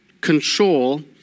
control